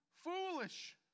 foolish